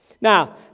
Now